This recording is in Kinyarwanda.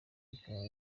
akaba